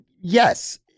yes